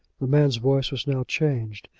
the man's voice was now changed,